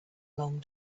long